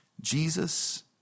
Jesus